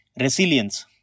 Resilience